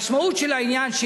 משמעות העניין היא,